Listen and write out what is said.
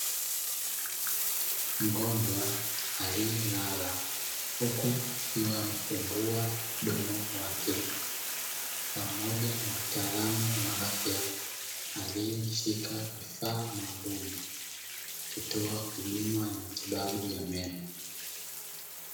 Mgonjwa aliyelala huku akiwa amefungua mdomo wake, pamoja na mtaalamu wa afya aliyeshika kifaa maalumu akitoa huduma ya matibabu ya meno.